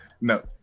no